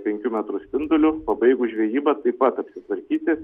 penkių metrų spinduliu pabaigus žvejybą taip pat apsitvarkyti